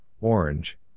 orange